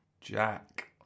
Jack